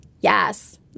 Yes